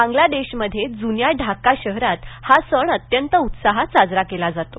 बांगलादेशमध्ये जुन्या ढाका शहरात हा सण अत्यंत उत्साहात साजरा केला जातो